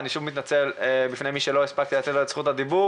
אני שוב מתנצל בפני מי שלא הספקתי לתת לו את זכות הדיבור.